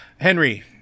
Henry